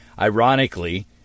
ironically